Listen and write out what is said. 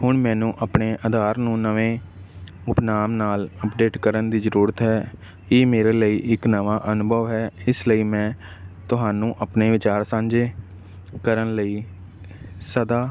ਹੁਣ ਮੈਨੂੰ ਆਪਣੇ ਆਧਾਰ ਨੂੰ ਨਵੇਂ ਉਪਨਾਮ ਨਾਲ ਅਪਡੇਟ ਕਰਨ ਦੀ ਜ਼ਰੂਰਤ ਹੈ ਇਹ ਮੇਰੇ ਲਈ ਇੱਕ ਨਵਾਂ ਅਨੁਭਵ ਹੈ ਇਸ ਲਈ ਮੈਂ ਤੁਹਾਨੂੰ ਆਪਣੇ ਵਿਚਾਰ ਸਾਂਝੇ ਕਰਨ ਲਈ ਸਦਾ